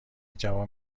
جوان